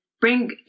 bring